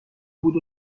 بود